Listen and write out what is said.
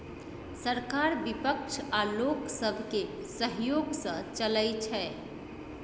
सरकार बिपक्ष आ लोक सबके सहजोग सँ चलइ छै